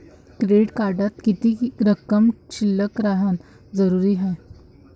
Credit कार्डात किती रक्कम शिल्लक राहानं जरुरी हाय?